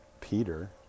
Peter